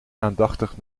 aandachtig